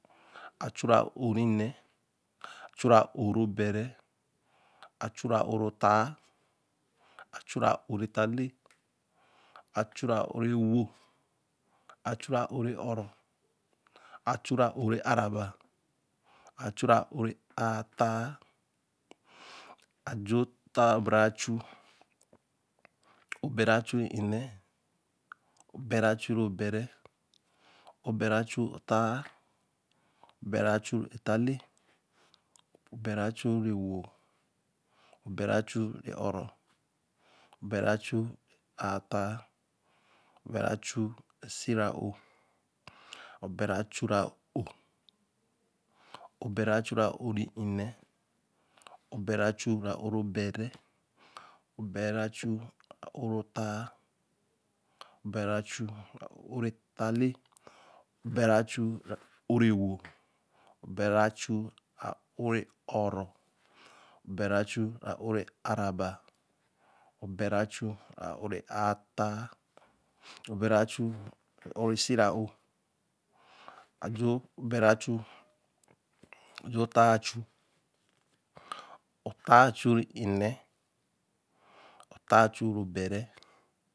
Achu ā-ō rēe nn̄e ā Chuu ā-ō rēe bere a Chuu ā-ō rēe ttāa a Chuu ā-ō ree ttāa leē a Chuu ā-ō rēe Ō-wo a Chuu ā-ō rēe Ō-ro a Chuu ā-ō rēe āa ra ba a Chuu ā-ō rēe āa ttāa a ju Ō bere ā-chuu bere a-Chuu-rēe nn̄e bere a-Chuu ree bere bere a-Chuu-rēe ttaā bere a Chuu rēe ttāa lēe bere a Chuu rēe ē-wo bere a Chuu rēe Ō-rō bere a Chuu rēe aā-ttaā bere a Chuu ree Sīe ra Ō bere a Chuu-ree ā-ō bere a Chuu-rēe ā-ō re nn̄e bere a Chuu-rēe ā-ō re be-re bere a Chuu-rēe ā-ō re ttāa bere a Chuu-rēe ā-ō re ttāa lēe bere a Chuu-rēe ā-ō re ē-wo bere a Chuu-rēe ā-ō re Ō-ro bere a Chuu-rēe ā-ō re āā raāba bere a Chuu-rēe ā-ō re āā ttaā bere a Chuu-rēe ā-ō re Sīe ra Ō aju O bere a chuu, aju ttaa chuu ttaā a-Chuu rēe nn̄e ttāā a-Chuu ree bere